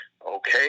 Okay